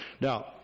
Now